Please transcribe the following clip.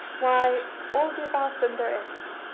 why, all the about them there is,